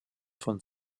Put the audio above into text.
von